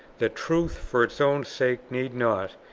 that truth for its own sake need not,